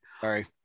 Sorry